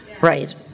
right